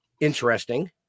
interesting